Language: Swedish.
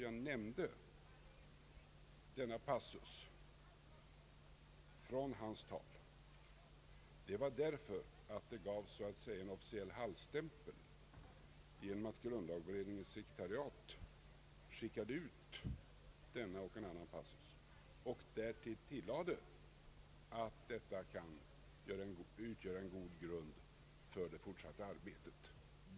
Jag nämnde denna passus i hans tal endast för att den så att säga gavs en officiell hallstämpel genom att grundlagberedningens sekretariat skickade ut denna och en annan passus och tillade att detta kan utgöra en grund för det fortsatta arbetet.